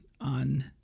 on